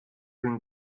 den